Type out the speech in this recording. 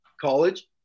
college